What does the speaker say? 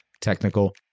technical